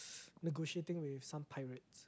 negotiating with some pirate